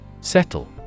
Settle